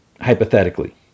hypothetically